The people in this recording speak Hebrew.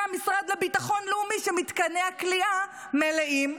המשרד לביטחון לאומי שמתקני הכליאה מלאים,